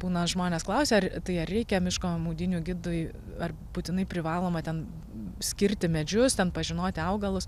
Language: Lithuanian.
būna žmonės klausia ar tai ar reikia miško maudynių gidui ar būtinai privaloma ten skirti medžius ten pažinoti augalus